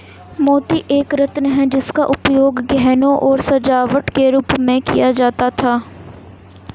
मोती एक रत्न है जिसका उपयोग गहनों और सजावट के रूप में किया जाता था